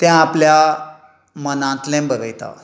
तें आपल्या मनांतलें बरयता